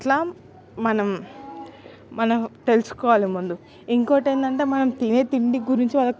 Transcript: అట్లా మనం మనం తెలుసుకోవాలి ముందు ఇంకోటేందంటే మనం తినే తిండి గురించి వాళ్ళకు